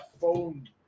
phone